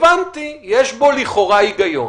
הבנתי, יש בו לכאורה היגיון.